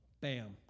Bam